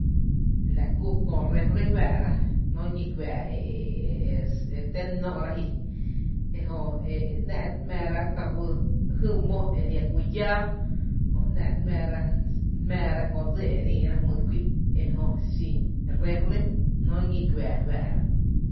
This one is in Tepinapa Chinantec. La kú köö re frí faa’rá ´nó ñí kuⱥⱥ e e e té nó’ra ji ejö e ‘nⱥ’ re ‘mⱥ ráá’ ka juý jý mó e a jia’ ku lláá jö ‘nⱥ’ re ‘mⱥrá re jmⱥⱥra köö dsí guí ejö xin réfri ´nó ñí kuⱥⱥ fⱥⱥ’ ra.